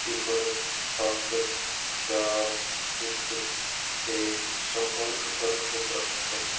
ਸਿਫ਼ਰ ਸੱਤ ਚਾਰ ਇੱਕ 'ਤੇ ਸੰਪਰਕ ਕਰਨ ਉਪਰੰਤ